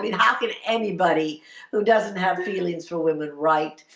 i mean how can anybody who doesn't have feelings for women, right?